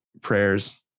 prayers